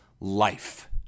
life